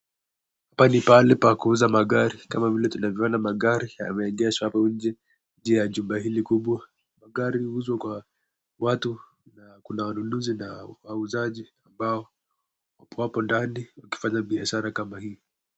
Hapa ni pahali pa kuuza magari kama vile tunavyoona magari yameegezwa hapo nje ya jumba hili kubwa, gari huuzwa kwa watu wanunuzi na wauzaji ambao wapo ndani wakifanya biashara kama hii.